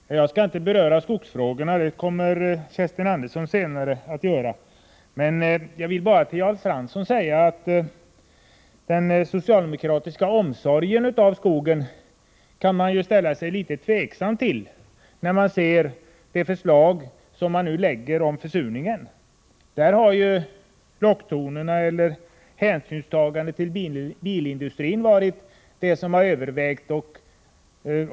Herr talman! Jag skall inte beröra skogsfrågorna, för det kommer Kerstin Andersson att göra senare. Jag vill bara till Jan Fransson säga att den socialdemokratiska omsorgen om skogen kan man ställa sig litet tveksam till, när man ser på de förslag som nu lagts fram om försurningen. Där har ju hänsyn till bilindustrin varit övervägande.